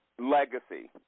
Legacy